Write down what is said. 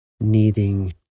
needing